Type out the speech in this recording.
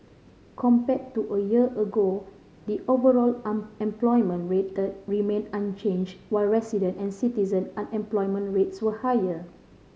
compared to a year ago the overall unemployment rate remained unchanged while resident and citizen unemployment rates were higher